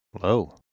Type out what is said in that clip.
Hello